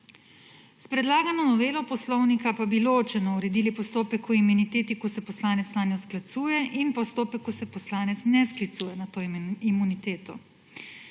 S predlagano novelo Poslovnika pa bi ločeno uredili postopek o imuniteti, ko se poslanec nanjo sklicuje, in postopek, ko se poslanec ne sklicuje na to imuniteto.